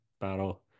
battle